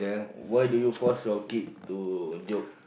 why do you force your kid to jog